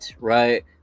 right